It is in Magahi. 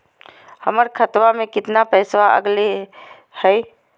हमर खतवा में कितना पैसवा अगले हई?